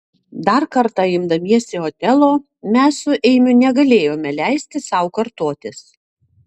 dar kartą imdamiesi otelo mes su eimiu negalėjome leisti sau kartotis